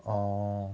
orh